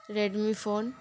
Redmi phone